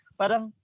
parang